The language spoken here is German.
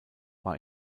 war